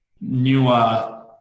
newer